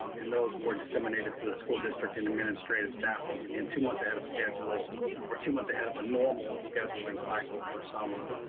and those were disseminated to the school district and administrative staff, once again, two months ahead of schedule or two months ahead of a normal scheduling cycle for summer.